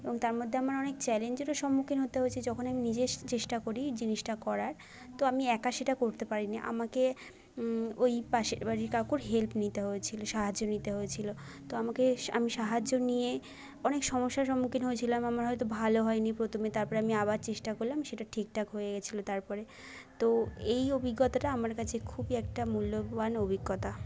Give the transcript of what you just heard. এবং তার মধ্যে আমার অনেক চ্যালেঞ্জেরও সম্মুখীন হতে হয়েছে যখন আমি নিজে চেষ্টা করি জিনিসটা করার তো আমি একা সেটা করতে পারি নি আমাকে ওই পাশের বাড়ির কাকুর হেল্প নিতে হয়েছিলো সাহায্য নিতে হয়েছিলো তো আমাকে আমি সাহায্য নিয়ে অনেক সমস্যার সম্মুখীন হয়েছিলাম আমার হয়তো ভালো হয় নি প্রথমে তারপরে আমি আবার চেষ্টা করলাম সেটা ঠিকঠাক হয়ে গিয়েছিলো তারপরে তো এই অভিজ্ঞতাটা আমার কাছে খুবই একটা মূল্যবান অভিজ্ঞতা